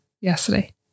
yesterday